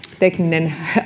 tekninen